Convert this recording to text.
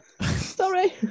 Sorry